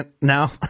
now